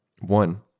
One